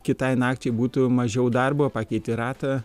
kitai nakčiai būtų mažiau darbo pakeiti ratą